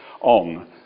on